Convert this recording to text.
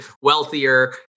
wealthier